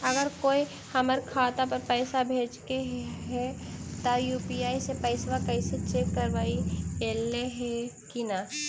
अगर कोइ हमर खाता पर पैसा भेजलके हे त यु.पी.आई से पैसबा कैसे चेक करबइ ऐले हे कि न?